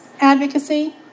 advocacy